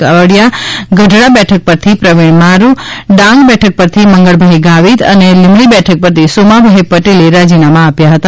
કાકડીયા ગઢડા બેઠક પરથી પ્રવીણ મારુ ડાંગ બેઠક પરથી મંગળભાઈ ગાવિત અને લીંબડી બેઠક પરથી સોમાભાઇ પટેલે રાજીનામા આપ્યા હતા